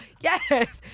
Yes